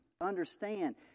understand